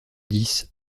dix